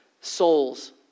souls